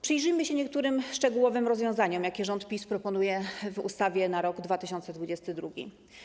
Przyjrzyjmy się niektórym szczegółowym rozwiązaniom, jakie rząd PiS proponuje w ustawie na rok 2022.